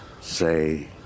Say